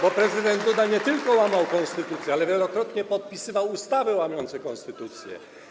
bo prezydent Duda nie tylko łamał konstytucję, ale wielokrotnie też podpisywał ustawy łamiące konstytucję.